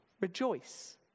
Rejoice